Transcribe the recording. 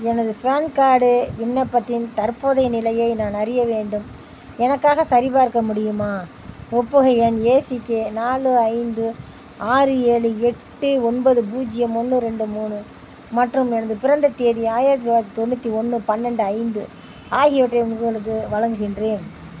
எனது PAN card விண்ணப்பத்தின் தற்போதைய நிலையை நான் அறிய வேண்டும் எனக்காக சரிபார்க்க முடியுமா ஒப்புகை எண் ஏசிகே நாலு ஐந்து ஆறு ஏழு எட்டு ஒன்பது பூஜ்ஜியம் ஒன்று ரெண்டு மூணு மற்றும் எனது பிறந்த தேதி ஆயிரத்தி தொள்ளாயிரத்தி தொண்ணூற்றி ஒன்று பன்ரெண்டு ஐந்து ஆகியவற்றை உங்களுக்கு வழங்குகின்றேன்